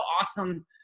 awesome